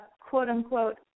quote-unquote